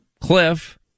cliff